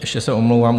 Ještě se omlouvám.